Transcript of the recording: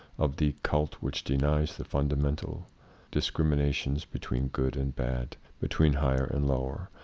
of the cult which denies the fundamental dis criminations between good and bad, between higher and lower,